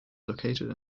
located